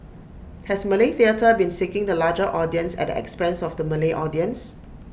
has Malay theatre been seeking the larger audience at the expense of the Malay audience